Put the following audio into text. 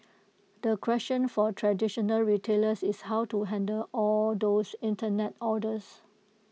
the question for traditional retailers is how to handle all those Internet orders